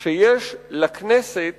שיש לכנסת